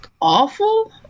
awful